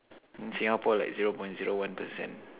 in Singapore like zero point zero one percent